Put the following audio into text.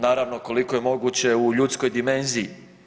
Naravno koliko je moguće u ljudskoj dimenziji.